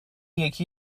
یکی